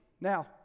Now